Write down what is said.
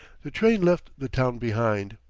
the train left the town behind.